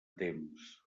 temps